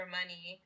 money